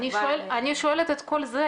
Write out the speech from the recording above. אני שואלת את כל זה,